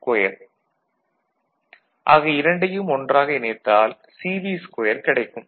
of CL CLVSS2f ஆக இரண்டையும் ஒன்றாக இணைத்தால் CV2 கிடைக்கும்